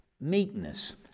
meekness